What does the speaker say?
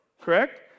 correct